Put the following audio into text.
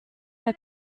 when